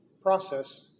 process